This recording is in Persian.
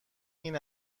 این